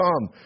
come